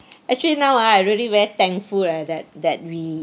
actually now ah I really very thankful leh that that we